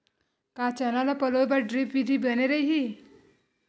का चना ल पलोय बर ड्रिप विधी बने रही?